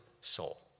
soul